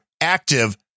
active